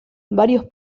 varios